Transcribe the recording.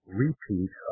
repeat